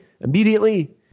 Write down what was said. immediately